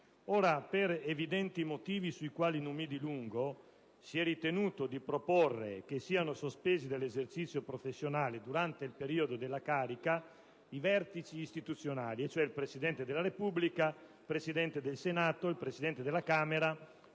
Per evidenti motivi, sui quali non mi dilungo, si è ritenuto di proporre che siano sospesi dall'esercizio professionale durante il periodo della carica i vertici istituzionali, e cioè il Presidente della Repubblica, il Presidente del Senato, il Presidente della Camera,